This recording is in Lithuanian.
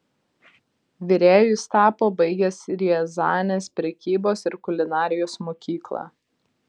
virėju jis tapo baigęs riazanės prekybos ir kulinarijos mokyklą